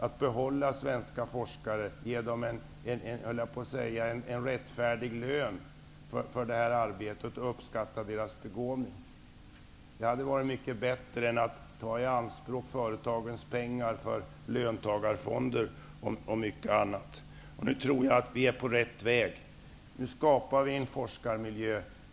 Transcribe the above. Att behålla svenska forskare, ge dem rättfärdig lön för arbetet och uppskatta deras begåvning hade varit mycket bättre än att ta i anspråk företagens pengar för löntagarfonder och mycket annat. Nu tror jag att vi är på rätt väg. Nu skapar vi en forskarmiljö.